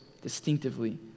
distinctively